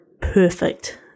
perfect